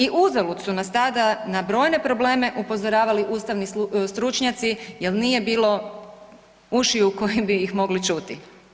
I uzalud su nas tada na brojne probleme upozoravali ustavni stručnjaci jer nije bilo ušiju koje bi ih mogle čuti.